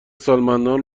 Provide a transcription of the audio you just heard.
سالمندان